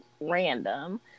random